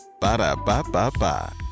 Ba-da-ba-ba-ba